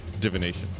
Divination